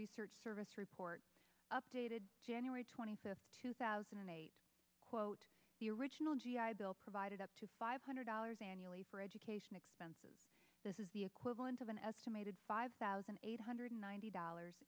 research service report updated january twenty fifth two thousand and eight quote the original g i bill provided up to five hundred dollars annually for education expenses this is the equivalent of an estimated five thousand eight hundred ninety dollars